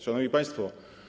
Szanowni Państwo!